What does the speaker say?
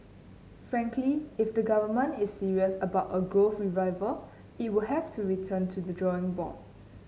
frankly if the government is serious about a growth revival it will have to return to the drawing board